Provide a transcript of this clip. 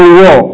war